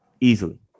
Easily